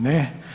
Ne.